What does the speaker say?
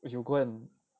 if you go and